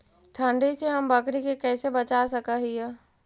ठंडी से हम बकरी के कैसे बचा सक हिय?